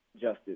justice